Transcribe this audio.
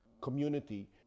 community